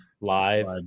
Live